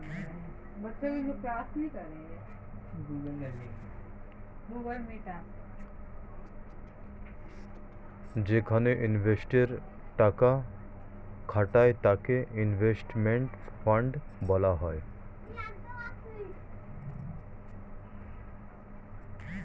যেখানে ইনভেস্টর রা টাকা খাটায় তাকে ইনভেস্টমেন্ট ফান্ড বলা হয়